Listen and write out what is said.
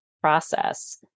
process